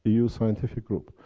eu scientific group.